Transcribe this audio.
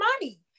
money